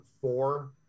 four